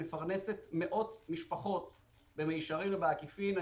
היא מפרנסת מאות משפחות במישרין ובעקיפין.